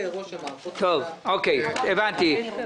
הבנתי.